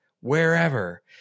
wherever